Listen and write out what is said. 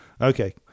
okay